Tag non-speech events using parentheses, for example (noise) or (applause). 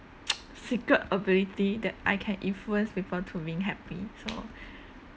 (noise) secret ability that I can influence people through being happy so